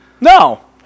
No